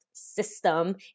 system